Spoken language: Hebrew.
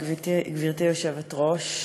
גברתי היושבת-ראש,